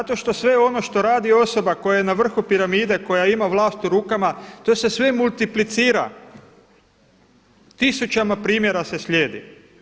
Zato što sve ono što radi osoba koja je na vrhu piramide, koja ima vlast u rukama to se sve multiplicira, tisućama primjera se slijedi.